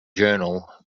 journal